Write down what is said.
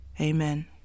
Amen